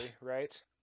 right